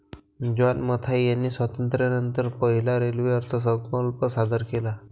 John Mathai यांनी स्वातंत्र्यानंतर पहिला रेल्वे अर्थसंकल्प सादर केला